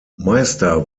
meister